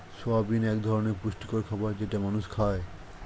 soybean এক ধরনের পুষ্টিকর খাবার যেটা মানুষ খায়